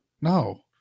No